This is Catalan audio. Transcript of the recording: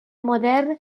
modern